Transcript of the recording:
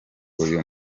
uyu